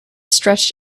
stretched